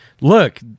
look